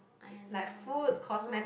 !aiya! don't know no